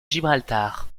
gibraltar